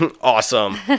Awesome